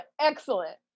excellent